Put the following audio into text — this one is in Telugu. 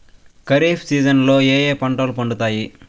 ఖరీఫ్ సీజన్లలో ఏ ఏ పంటలు పండుతాయి